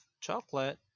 chocolate